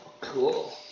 Cool